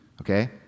Okay